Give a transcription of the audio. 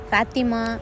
Fatima